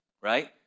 Right